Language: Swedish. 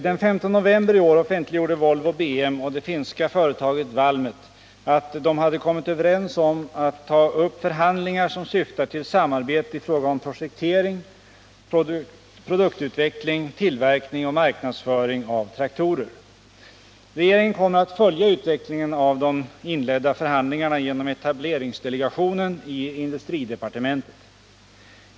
Den 15 november i år offentliggjorde Volvo BM och det finska företaget Valmet att de hade kommit överens om att ta upp förhandlingar som syftar till samarbete i fråga om projektering, produktutveckling, tillverkning och marknadsföring av traktorer. Regeringen kommer att följa utvecklingen av de inledda förhandlingarna genom etableringsdelegationen i industridepartementet.